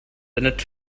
innit